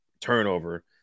turnover